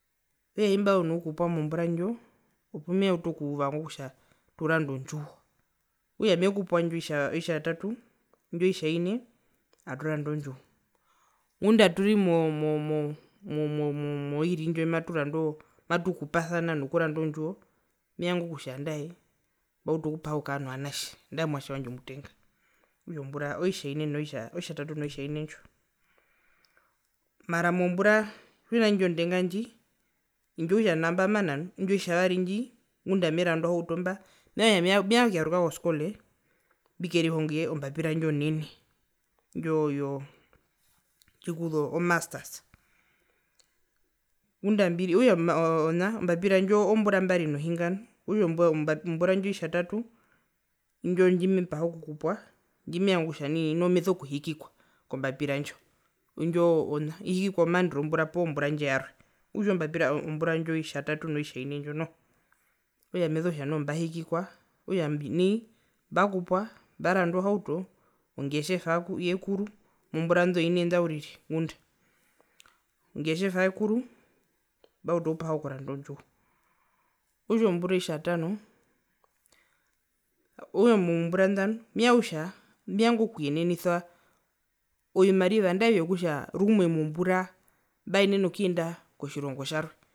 Okutja tjimbazu nokukupwa mombura ndjo opumeutu okuvanga kutja turande ondjiwo okutja mekupwa indjo indjo oitjatatu indjo oitjaine aturanda ondjiwo ngunda aturi mo mo mo mo moiri ndjo amaturanda ondjiwo amatukupasana nokuranda ondjiwo mevanga kutja andae otjimetu okupaha okukaa novanatje nandae omwatje wandje omutenga okutja ombura oitjaine poo oitjatatu, oitjatatu noitjaine ndjo mara mombura tjimuna indjo ndenga ndji indjo okutja nao handje mbamana nu indji oitjavari ndji ngunda ameranda ohauto mba mevanga okuyaruka koskole mbikerihonge ombapira indjo nene indjo yo yo ndjikuza omasters ngunda ambiri okutja oo oo ombapira ndjo ombura mbari nohinga nu okutja ombura ndjo oitjatatu indjo ndjimepaha okukupwa ondjimevanga kutja nai ondjimevanga okuhikikwa kombapira ndjo indjoo ihikikwa omaandero wombura poo mbura ndjo yarwe okutja ombapira ombura indjo oitjatatu noitjaine ndjo noho okutja meso kutja nai mbahikikwa okutja nai mbakupwa mbaranda ohauto ongetjeva yekuru mozombura indo ine nda uriri ngunda ongetjeva yekuru mbautu okupaha okuranda ondjiwo, okutja ombura oitjatano okutja mozombura nda nu mevanga kutja mevanga okuyenenisa ovimariva andae vyokutja rumwe mombura mbwaenene okuyenda kotjirongo tjarwe.